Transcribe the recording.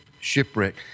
shipwreck